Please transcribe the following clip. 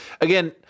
Again